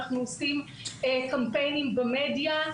אנחנו עושים קמפיינים במדיה.